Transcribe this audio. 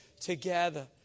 together